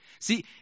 See